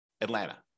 Atlanta